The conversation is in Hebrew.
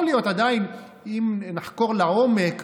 יכול להיות עדיין שאם נחקור לעומק,